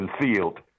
concealed